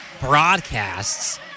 broadcasts